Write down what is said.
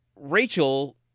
rachel